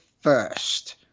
first